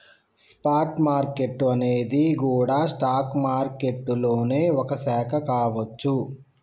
spot market అనేది గూడా stock మారికెట్టులోనే ఒక శాఖ కావచ్చు